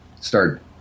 start